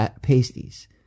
Pasties